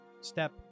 step